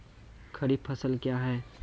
खरीफ फसल क्या हैं?